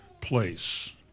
place